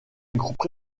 groupe